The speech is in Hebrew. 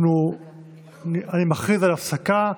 אני מכריז על הפסקה.